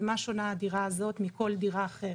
במה שונה הדירה הזאת מכל דירה אחרת,